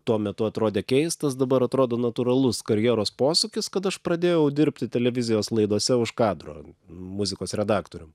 tuo metu atrodė keistas dabar atrodo natūralus karjeros posūkis kad aš pradėjau dirbti televizijos laidose už kadro muzikos redaktorium